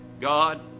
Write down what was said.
God